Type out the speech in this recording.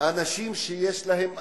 אנשים שיש להם סוכרת,